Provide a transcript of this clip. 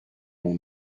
notre